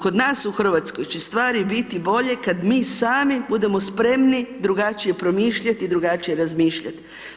Kod nas u Hrvatskoj, će stvari biti bolje, kada mi sami, budemo spremni drugačije promišljati, drugačije razmišljati.